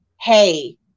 hey